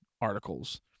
articles